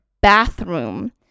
bathroom